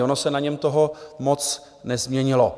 Ono se na něm toho moc nezměnilo.